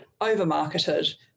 overmarketed